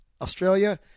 Australia